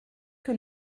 que